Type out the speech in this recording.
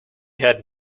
had